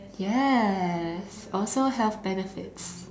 yes also health benefits